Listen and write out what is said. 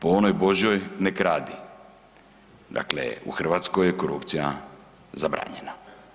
Po onoj božjoj „ne kradi“, dakle u Hrvatskoj je korupcija zabranjena.